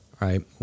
right